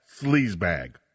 sleazebag